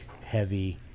heavy